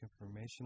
information